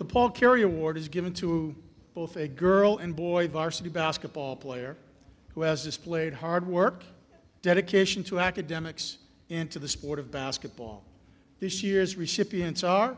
the paul carrier ward is given to both a girl and boy varsity basketball player who has displayed hard work dedication to academics and to the sport of basketball this year's recipients are